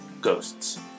ghosts